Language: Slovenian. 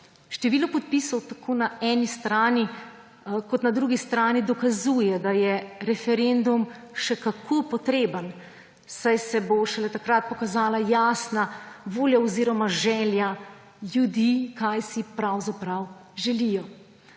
Število podpisov tako na eni strani kot na drugi strani dokazuje, da je referendum še kako potreben, saj se bo šele takrat pokazala jasna volja oziroma želja ljudi, kaj si pravzaprav želijo.